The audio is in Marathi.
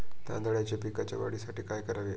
तांदळाच्या पिकाच्या वाढीसाठी काय करावे?